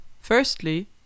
Firstly